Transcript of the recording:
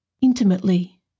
intimately